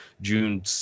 June